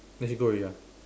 then she go already ah